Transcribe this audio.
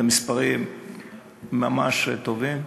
אלה מספרים ממש טובים.